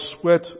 sweat